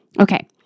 Okay